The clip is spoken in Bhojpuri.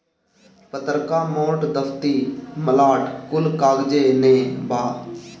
पतर्का, मोट, दफ्ती, मलाट कुल कागजे नअ बाअ